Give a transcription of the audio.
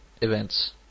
events